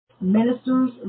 ministers